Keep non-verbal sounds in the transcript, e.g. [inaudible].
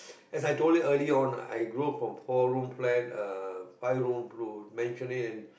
[breath] as I told you earlier on I grow from four room flat uh five room to maisonette and